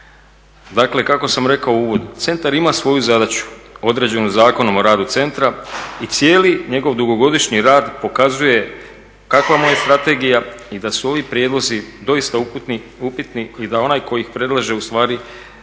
Dakle kako sam rekao u uvodu, centar ima svoju zadaću, određenu Zakonom o radu centra, i cijeli njegov dugogodišnji rad pokazuje kakva mu je strategija i da su ovi prijedlozi doista upitni i da onaj tko ih predlaže ustvari nije